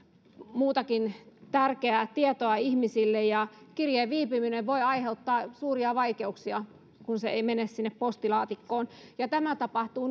muutakin tärkeää tietoa ihmisille ja kirjeen viipyminen voi aiheuttaa suuria vaikeuksia kun se ei mene sinne postilaatikkoon ja tätä tapahtuu